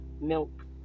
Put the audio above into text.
milk